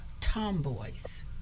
tomboys